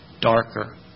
darker